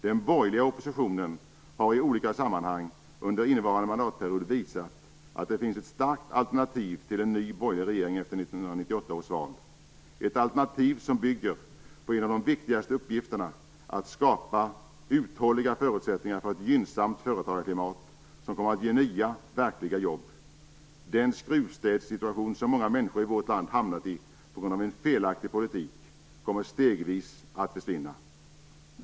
Den borgerliga oppositionen har i olika sammanhang under innevarande mandatperiod visat att det finns ett starkt alternativ till en ny borgerlig regering efter 1998 års val. Ett alternativ som bygger på en av de viktigaste uppgifterna, nämligen att skapa uthålliga förutsättningar för ett gynnsamt företagarklimat som kommer att ge nya verkliga jobb. Den skruvstädssituation som många människor i vårt land hamnat i på grund av en felaktig politik kommer stegvis att försvinna.